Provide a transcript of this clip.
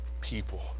people